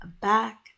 back